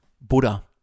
Buddha